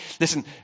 Listen